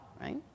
right